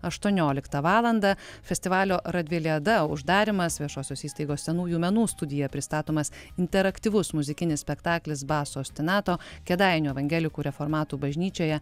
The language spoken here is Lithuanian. aštuonioliktą valandą festivalio radviliada uždarymas viešosios įstaigos senųjų menų studija pristatomas interaktyvus muzikinis spektaklis baso stinato kėdainių evangelikų reformatų bažnyčioje